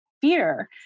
fear